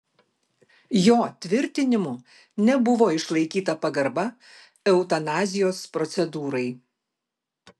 jo tvirtinimu nebuvo išlaikyta pagarba eutanazijos procedūrai